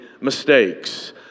mistakes